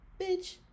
bitch